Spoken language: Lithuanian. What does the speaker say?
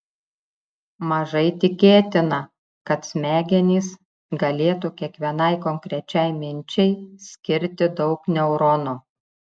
mažai tikėtina kad smegenys galėtų kiekvienai konkrečiai minčiai skirti daug neuronų